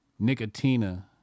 nicotina